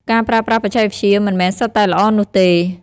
ការប្រើប្រាស់បច្ចេកវិទ្យាមិនមែនសុទ្ធតែល្អនោះទេ។